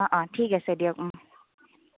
অঁ অঁ ঠিক আছে দিয়ক